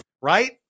Right